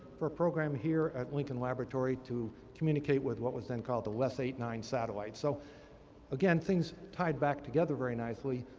for a program here at lincoln laboratory to communicate with what was then called the les eight nine satellite. so again, things tied back together very nicely,